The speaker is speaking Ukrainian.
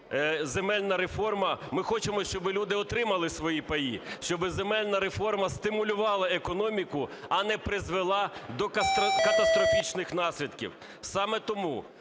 Ми хочемо, щоб люди отримали свої паї, щоб земельна реформа стимулювала економіку, а не призвела до катастрофічних наслідків. Саме тому